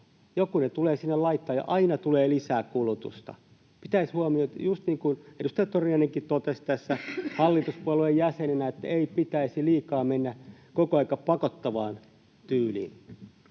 Joku ne tulee sinne laittamaan, ja aina tulee lisää kulutusta. Pitäisi huomioida, just niin kuin edustaja Torniainenkin totesi tässä hallituspuolueen jäsenenä, että ei pitäisi liikaa mennä koko aika pakottavaan tyyliin.